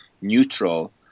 neutral